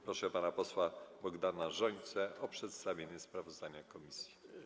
Proszę pana posła Bogdana Rzońcę o przedstawienie sprawozdania komisji.